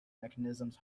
mechanisms